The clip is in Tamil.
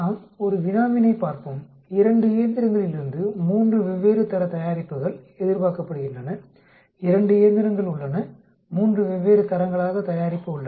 நாம் ஒரு வினாவினைப் பார்ப்போம் 2 இயந்திரங்களிலிருந்து 3 வெவ்வேறு தர தயாரிப்புகள் எதிர்பார்க்கப்படுகின்றன 2 இயந்திரங்கள் உள்ளன 3 வெவ்வேறு தரங்களாக தயாரிப்பு உள்ளன